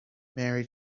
married